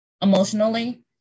emotionally